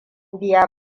biya